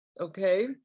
okay